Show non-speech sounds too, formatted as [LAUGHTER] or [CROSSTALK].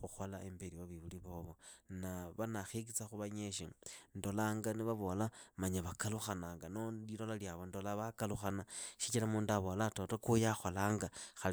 Khukhola imbeli wa vivuli vovo. [HESITATION] va ndaakhekitsakhu vavyishi ndolanga ni vavola manya vakalukhananga noo lilola lyavo ndolaa vaakalukhana, shichira mundu avolaa toto kuuyu akholanga